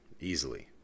easily